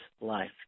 life